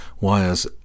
Wires